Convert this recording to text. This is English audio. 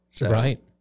Right